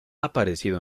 aparecido